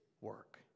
work